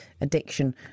addiction